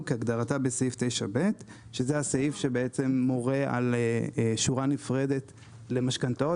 כהגדרתה בסעיף 9ב; שזה הסעיף שמורה על שורה נפרדת למשכנתאות